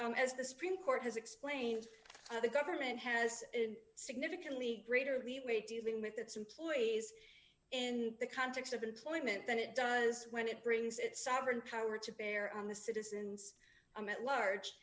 and as the supreme court has explained the government has a significantly greater leeway dealing with its employees in the context of employment than it does when it brings its sovereign power to bear on the citizens i'm at large